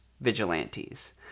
vigilantes